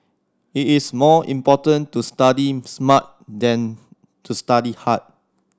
it is more important to study smart than to study hard